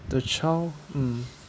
the child mm